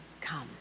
come